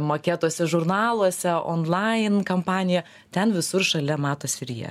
maketuose žurnaluose online kampanija ten visur šalia matosi ir jie